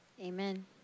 Amen